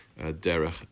Derech